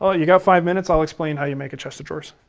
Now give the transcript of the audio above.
ah you got five minutes i'll explain how you make a chest of drawers.